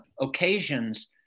occasions